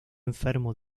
enfermo